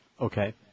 Okay